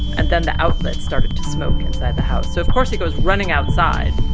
and then the outlets started to smoke inside the house. so, of course, he goes running outside.